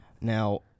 Now